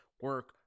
Work